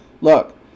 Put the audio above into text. look